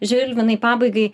žilvinai pabaigai